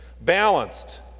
balanced